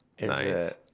Nice